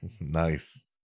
Nice